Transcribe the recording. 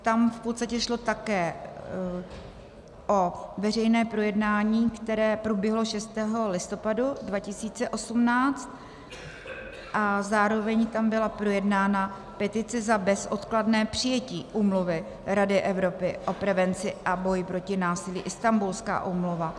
Tam v podstatě šlo také o veřejné projednání, které proběhlo 6. listopadu 2018, a zároveň tam byla projednána petice za bezodkladné přijetí úmluvy Rady Evropy o prevenci a boji proti násilí, Istanbulská úmluva.